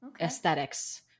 aesthetics